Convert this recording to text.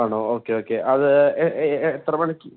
ആണോ okay okay അത് എത്ര മണിക്ക്